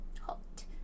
Hot